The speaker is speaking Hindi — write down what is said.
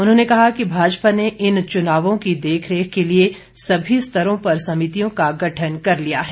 उन्होंने कहा कि भाजपा ने इन चुनावों की देख रेख के लिए सभी स्तरों पर समितियों का गठन कर लिया है